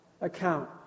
account